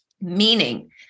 Meaning